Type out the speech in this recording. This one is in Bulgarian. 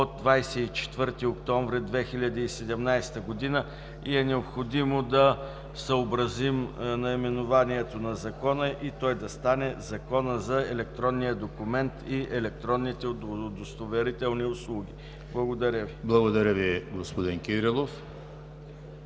от 24 октомври 2017 г., и е необходимо да съобразим наименованието на Закона и той да стане „Закон за електронния документ и електронните удостоверителни услуги“. Благодаря Ви. ПРЕДСЕДАТЕЛ ЕМИЛ ХРИСТОВ: Благодаря Ви, господин Кирилов.